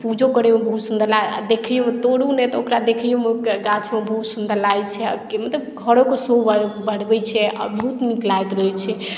पूजो करैमे बहुत सुन्दर लागल आओर देखइयोमे तोड़ू नहि तऽ ओकरा देखइयोमे गाछमे बहुत सुन्दर लागै छै मतलब घरोकेँ शो बढ़बै छै आओर बहुत नीक लगैत रहै छै